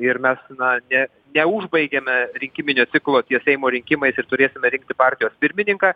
ir mes na ne neužbaigiame rinkiminio ciklo ties seimo rinkimais ir turėsime rinkti partijos pirmininką